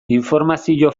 informazio